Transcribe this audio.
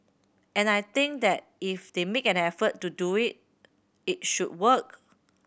and I think that if they make an effort to do it it should work